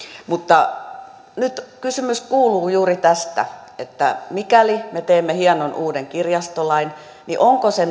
mutta nyt kysymys kuuluu juuri tästä että mikäli me teemme hienon uuden kirjastolain niin onko se